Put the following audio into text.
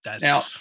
Now